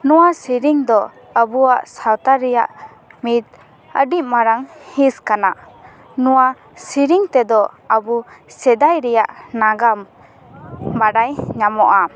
ᱱᱚᱣᱟ ᱥᱮᱨᱮᱧ ᱫᱚ ᱟᱵᱚᱣᱟᱜ ᱥᱟᱶᱛᱟ ᱨᱮᱭᱟᱜ ᱢᱤᱫ ᱟᱹᱰᱤ ᱢᱟᱨᱟᱝ ᱦᱤᱥ ᱠᱟᱱᱟ ᱱᱚᱣᱟ ᱥᱮᱨᱮᱧ ᱛᱮᱫᱚ ᱟᱵᱚ ᱥᱮᱫᱟᱭ ᱨᱮᱭᱟᱜ ᱱᱟᱜᱟᱢ ᱵᱟᱰᱟᱭ ᱧᱟᱢᱚᱜᱼᱟ